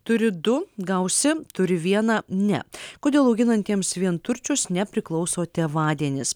turi du gausi turi vieną ne kodėl auginantiems vienturčius nepriklauso tėvadienis